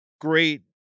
great